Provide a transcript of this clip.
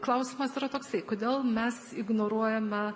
klausimas yra toksai kodėl mes ignoruojame